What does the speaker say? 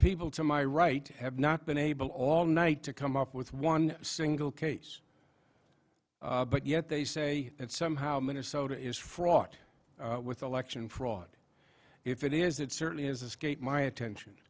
people to my right have not been able all night to come up with one single case but yet they say that somehow minnesota is fraught with election fraud if it is it certainly has escaped my attention